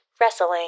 wrestling